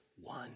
one